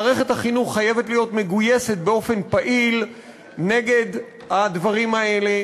מערכת החינוך חייבת להיות מגויסת באופן פעיל נגד הדברים האלה.